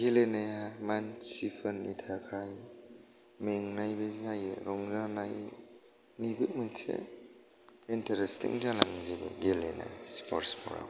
गेलेनाया मानसिफोरनि थाखाय मेंनायबो जायो रंजानायनिबो मोनसे इन्टारेस्तिं जालांजोबो गेलेनाय स्पर्टसफोराव